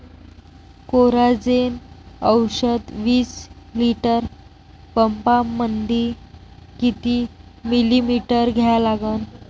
Coragen औषध विस litre पंपामंदी किती मिलीमिटर घ्या लागन?